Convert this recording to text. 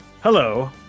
Hello